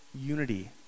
unity